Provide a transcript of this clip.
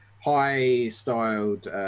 high-styled